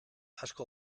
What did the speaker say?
asko